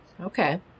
Okay